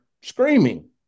screaming